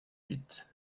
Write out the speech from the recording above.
huit